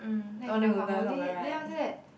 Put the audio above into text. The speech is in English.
then I cannot come home late then after that